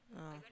oh